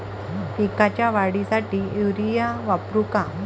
पिकाच्या वाढीसाठी युरिया वापरू का?